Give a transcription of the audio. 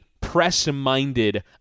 press-minded